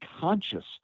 conscious